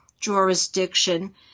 jurisdiction